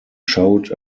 showed